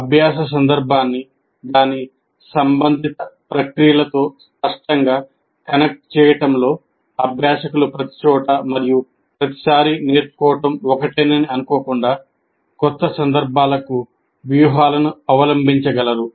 అభ్యాస సందర్భాన్ని దాని సంబంధిత ప్రక్రియలతో స్పష్టంగా కనెక్ట్ చేయడంలో అభ్యాసకులు ప్రతిచోటా మరియు ప్రతిసారీ నేర్చుకోవడం ఒకటేనని అనుకోకుండా కొత్త సందర్భాలకు వ్యూహాలను అవలంబించగలరు